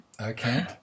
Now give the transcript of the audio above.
Okay